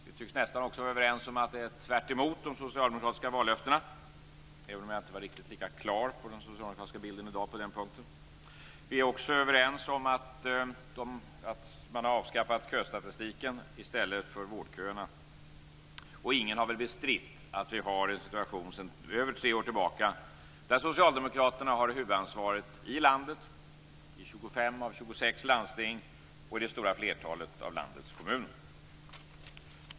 De flesta tycks också vara överens om att detta är tvärtemot de socialdemokratiska vallöftena, även om jag i dag inte är riktigt lika klar över den socialdemokratiska bilden på den punkten. Vi är vidare överens om att man har avskaffat köstatistiken i stället för vårdköerna. Ingen har bestritt att socialdemokraterna sedan tre år tillbaka har huvudansvaret i landet, i 25 av 26 landsting och i det stora flertalet av landets kommuner.